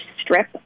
strip